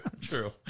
true